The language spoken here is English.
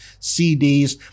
CDs